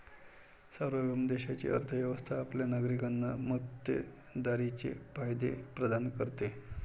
सार्वभौम देशाची अर्थ व्यवस्था आपल्या नागरिकांना मक्तेदारीचे फायदे प्रदान करते